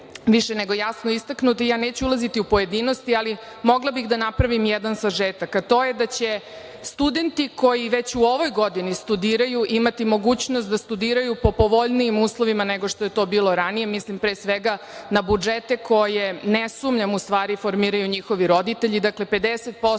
više nego jasno istaknuto i ja neću ulaziti u pojedinosti, ali mogla bih da napravim jedan sažetak. To je da će studenti koji već u ovoj godini studiraju imati mogućnost da studiraju po povoljnijim uslovima nego što je to bilo ranije, mislim pre svega na budžete koje, ne sumnjam, u stvari formiraju njihovi roditelji. Dakle, 50%